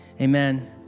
amen